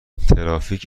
ترافیک